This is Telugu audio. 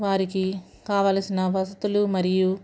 వారికి కావలసిన వస్తువులు మరియు